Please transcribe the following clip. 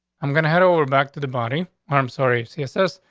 i'm gonna head over back to the body arm. sorry, css.